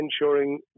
ensuring